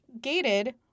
gated